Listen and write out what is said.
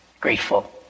grateful